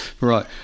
Right